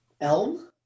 Elm